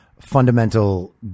fundamental